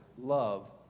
love